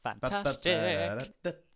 Fantastic